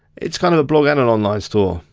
it's kind of a blog and an online store.